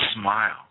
smile